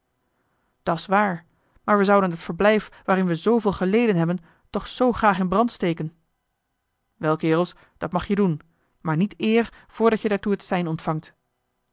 verzinnen dat's waar maar we zouden het verblijf waarin we zooveel geleden hebben toch zoo graag in brand steken wel kerels dat mag je doen maar niet eer voor dat je daartoe het sein ontvangt